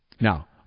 Now